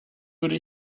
würde